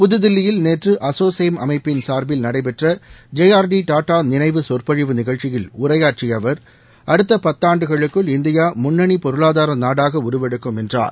புதுதில்லியில் நேற்ற அசோசேம் அமைப்பின் சார்பில் நடைபெற்ற ஜேஆர்டி டாடா நினைவு சொற்பொழிவு நிகழ்ச்சியில் உரையாற்றிய அவர் அடுத்த பத்தாண்டுகளுக்குள் இந்தியா முன்னணி பொருளாதார நாடாக உருவெடுக்கும் என்றார்